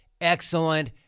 Excellent